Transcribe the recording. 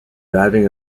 driving